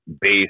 base